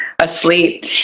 asleep